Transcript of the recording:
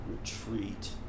retreat